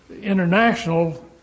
international